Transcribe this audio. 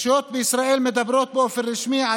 הרשויות בישראל מדברות באופן רשמי על